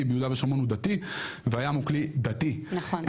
ביהודה ושומרון הוא דתי והים הוא כלי דתי מאוד,